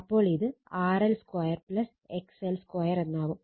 അപ്പോൾ ഇത് RL2 XL2 എന്നാവും